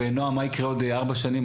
מה יקרה עוד ארבע שנים,